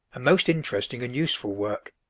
a most interesting and useful work,